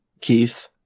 Keith